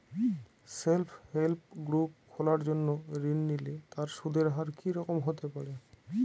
Self help group খোলার জন্য ঋণ নিলে তার সুদের হার কি রকম হতে পারে?